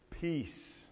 peace